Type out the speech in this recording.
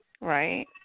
Right